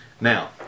Now